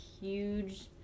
huge